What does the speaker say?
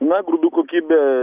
na grūdų kokybė